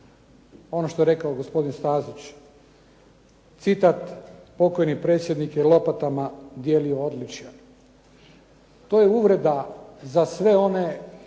ono što je rekao gospodin Stazić, citat: "Pokojni predsjednik je lopatama dijelio odličja." To je uvreda za sve one